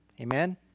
Amen